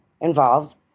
involved